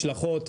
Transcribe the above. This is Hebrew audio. משלחות,